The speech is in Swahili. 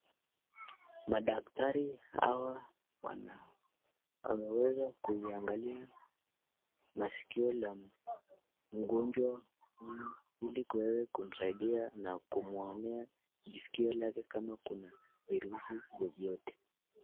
Madaktari hawa wameweza kuiangalia masikio ya mgonjwa huyu ili kuweza kumsaidia na kumwonea jiskio lake kama kuna virusi vyvyovyote.